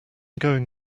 going